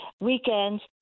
weekends